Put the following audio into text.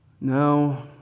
no